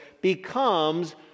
becomes